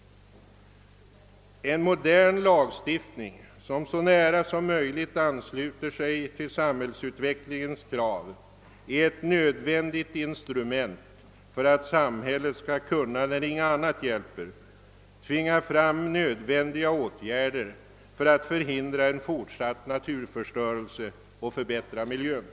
En modern lagstiftning, som så nära som möjligt ansluter sig till samhällsutvecklingens krav, är ett nödvändigt instrument för att samhället skall kunna, när inget annat hjälper, tvinga fram nödvändiga åtgärder för att förhindra en fortsatt naturförstörelse och förbättra miljön.